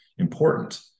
Important